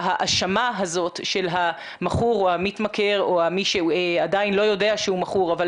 ההאשמה הזאת של המכור או המתמכר או מי שעדיין לא יודע שהוא מכור אבל